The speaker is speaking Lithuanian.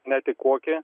net į kokį